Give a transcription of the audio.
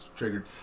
triggered